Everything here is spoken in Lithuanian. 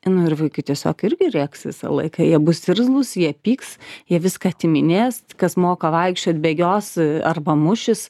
nu ir vaikai tiesiog irgi rėks visą laiką jie bus irzlūs jie pyks jie viską atiminės kas moka vaikščiot bėgios arba mušis